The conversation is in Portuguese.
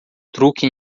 truque